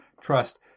trust